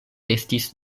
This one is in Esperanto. restis